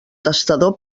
testador